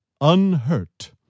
unhurt